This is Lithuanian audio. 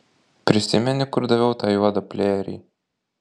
prisimeni kur daviau tą juodą plėjerį